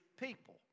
people